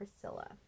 Priscilla